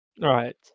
Right